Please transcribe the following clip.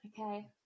Okay